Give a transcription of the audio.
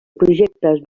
projectes